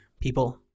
people